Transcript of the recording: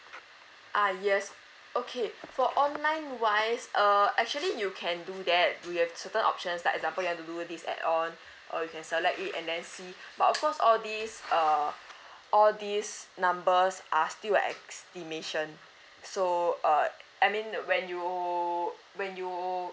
ah yes okay for online wise uh actually you can do that you have certain options like example you want to do this add on or you can select it and then see but of course all these err all these numbers are still estimation so uh I mean when you when you